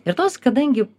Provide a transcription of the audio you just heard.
ir tos kadangi